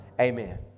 amen